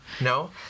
no